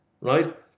right